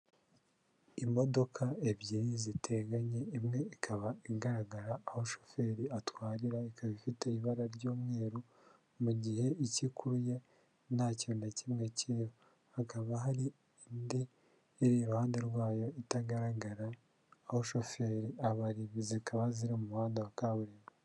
Imodoka ebyiri ziteganye, imwe ikaba igaragara, aho shoferi atwarira, ikaba ifite ibara ry'umweru, mu gihe icyo ikuruye, nta kintu na kimwe kirimo, hakaba hari indi iri iruhande rwayo itagaragara, aho shoferi abari, zikaba ziri mu muhanda wa kaburimbo.